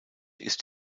ist